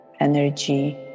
energy